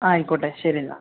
ആയിക്കോട്ടെ ശരി എന്നാൽ